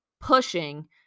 pushing